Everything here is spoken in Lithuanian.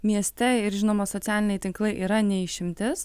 mieste ir žinoma socialiniai tinklai yra ne išimtis